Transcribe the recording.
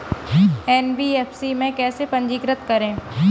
NBFC में कैसे पंजीकृत करें?